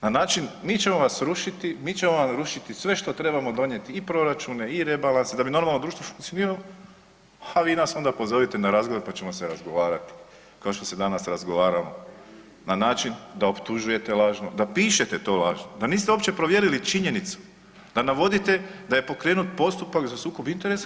Na način mi ćemo vas rušiti, mi ćemo vam rušiti sve što trebamo donijeti i proračune, i rebalanse da bi normalno društvo funkcioniralo, a vi nas onda pozovite na razgovor pa ćemo se razgovarati kao što se danas razgovaramo na način da optužujete lažno, da pišete to lažno da niste uopće provjerili činjenicu, da navodite da je pokrenut postupak za sukob interesa.